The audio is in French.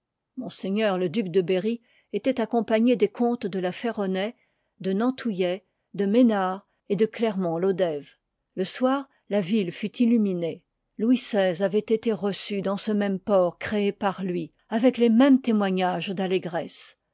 cri ms le duc de berry étoit accompagne des comtes de laferronnays denantouillet de mesnard et de clermont lodève le soir la ville fut illuminée louis xyi avoit été reçu dans ce même port créé par lui avec les mcmes témoignages d'allégresse